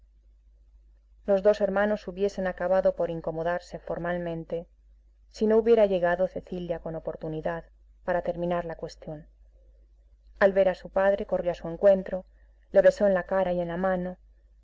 los dos hermanos hubiesen acabado por incomodarse formalmente si no hubiera llegado cecilia con oportunidad para terminar la cuestión al ver a su padre corrió a su encuentro le besó en la cara y en la mano